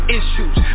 issues